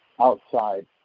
outside